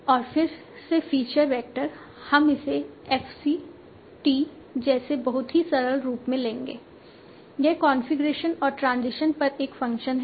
और फिर से फीचर वेक्टर हम इसे f c t जैसे बहुत ही सरल रूप में लेंगे यह कॉन्फ़िगरेशन और ट्रांजिशन पर एक फंक्शन है